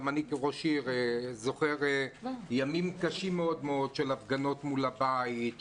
גם אני כראש עיר זוכר ימים קשים מאוד מאוד של הפגנות מול הבית שלי,